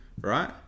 right